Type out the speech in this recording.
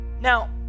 Now